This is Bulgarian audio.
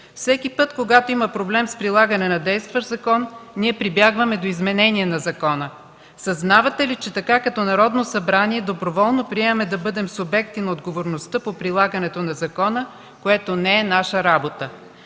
Всеки път, когато има проблем с прилагане на действащ закон, ние прибягваме до изменение на закона. Съзнавате ли, че така, като Народно събрание, доброволно приемаме да бъдем субекти на отговорността по прилагането на закона, което не е наша работа?